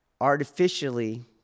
artificially